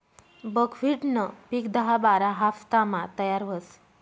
बकव्हिटनं पिक दहा बारा हाफतामा तयार व्हस